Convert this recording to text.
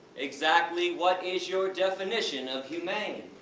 exactly what is your definition of humane?